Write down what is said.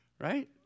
Right